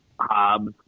Hobbs